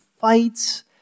fights